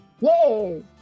yay